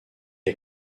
est